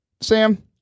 Sam